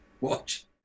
watch